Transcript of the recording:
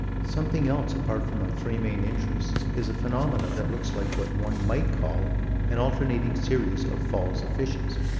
something else apart from our three main interests is a phenomenon that looks like what one might call an alternating series of falls of fishes,